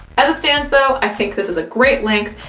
as it stands though, i think this is a great length,